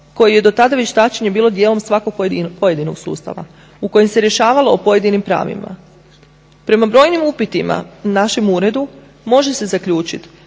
koji je dotada vještačenje bilo dijelom svakog pojedinog sustava u kojem se rješavalo o pojedinim pravima. Prema brojnim upitima našem uredu može se zaključiti